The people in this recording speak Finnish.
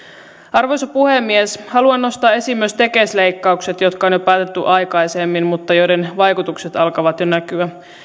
arvoisa puhemies haluan nostaa esiin myös tekes leikkaukset joista on päätetty jo aikaisemmin ja joiden vaikutukset alkavat jo näkyä